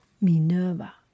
Minerva